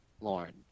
Lauren